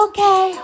Okay